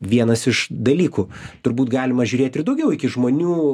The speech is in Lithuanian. vienas iš dalykų turbūt galima žiūrėt ir daugiau iki žmonių